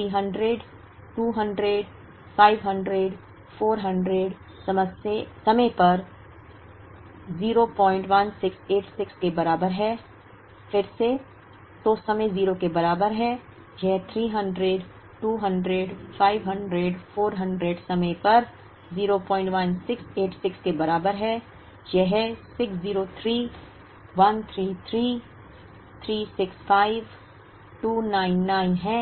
तो समय 0 के बराबर है यह 300 200 500 400 समय पर 01686 के बराबर है यह 603 133 365 299 है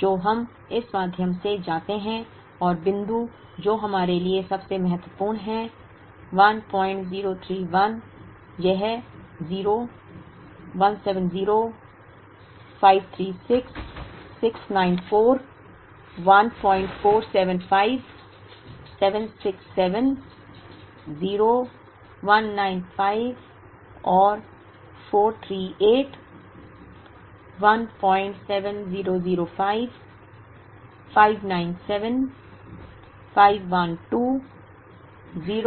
जो हम इस माध्यम से जाते हैं और बिंदु जो हमारे लिए सबसे महत्वपूर्ण है 1031 यह 0 170 536 694 1475 767 0 195 और 438 17005 597 512 0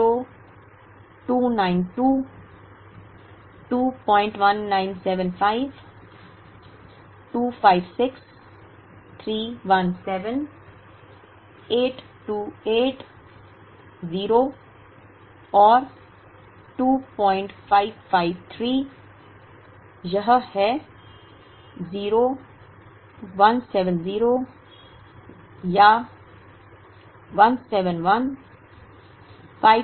292 21975 256 317 828 0 और 2553 यह है 0 170 या 171 536 690